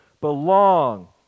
belong